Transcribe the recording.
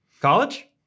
College